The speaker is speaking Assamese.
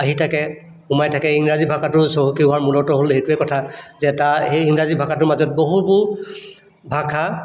আহি থাকে সোমাই থাকে ইংৰাজী ভাষাটো চহকী হোৱাৰ মূলত হ'ল সেইটোৱে কথা যে এটা সেই ইংৰাজী ভাষাটোৰ মাজত বহুতো ভাষা